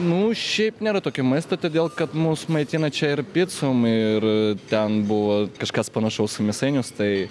nu šiaip nėra tokio maisto todėl kad mus maitina čia ir picom ir ten buvo kažkas panašaus į mėsainius tai